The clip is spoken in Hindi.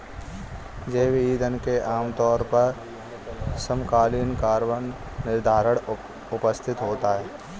जैव ईंधन में आमतौर पर समकालीन कार्बन निर्धारण उपस्थित होता है